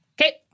Okay